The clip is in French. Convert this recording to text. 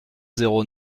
zéro